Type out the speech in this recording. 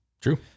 True